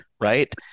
right